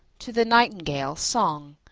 to the nightingale song,